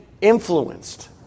influenced